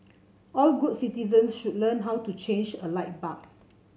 all good citizens should learn how to change a light bulb